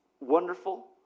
wonderful